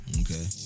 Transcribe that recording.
Okay